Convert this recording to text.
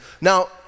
Now